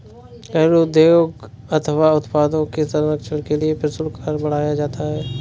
घरेलू उद्योग अथवा उत्पादों के संरक्षण के लिए प्रशुल्क कर बढ़ाया जाता है